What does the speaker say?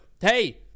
Hey